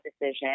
decision